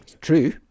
true